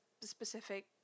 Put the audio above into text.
specific